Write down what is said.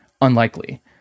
unlikely